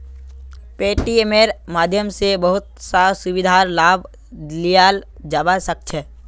पेटीएमेर माध्यम स बहुत स सुविधार लाभ लियाल जाबा सख छ